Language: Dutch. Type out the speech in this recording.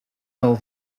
vel